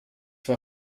war